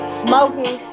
smoking